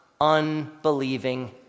unbelieving